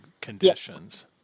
conditions